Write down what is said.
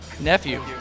nephew